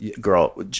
Girl